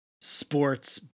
sports